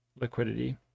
liquidity